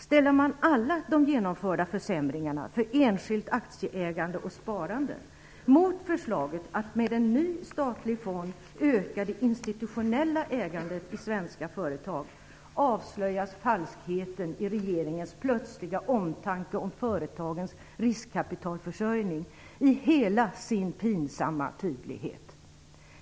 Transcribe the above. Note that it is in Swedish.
Ställer man alla de genomförda försämringarna för enskilt aktieägande och sparande mot förslaget att med en ny statlig fond öka det institutionella ägandet i svenska företag avslöjas falskheten i regeringens plötsliga omtanke om företagens riskkapitalförsörjning i hela sin pinsamma tydlighet.